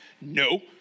No